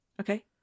Okay